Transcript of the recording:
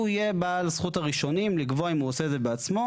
הוא יהיה בעל זכות הראשונים לקבוע אם הוא עושה את זה בעצמו.